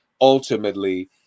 ultimately